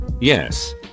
Yes